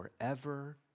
forever